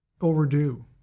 Overdue